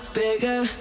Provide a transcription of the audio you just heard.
bigger